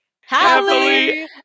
happily